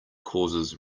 causes